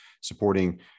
supporting